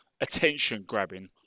attention-grabbing